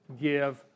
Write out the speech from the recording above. give